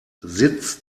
sitz